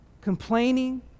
complaining